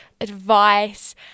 advice